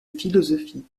philosophie